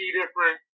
different